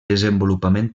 desenvolupament